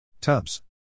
Tubs